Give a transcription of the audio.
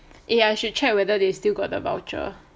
eh I should check whether they still got the voucher